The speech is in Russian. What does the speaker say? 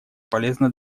полезно